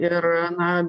ir na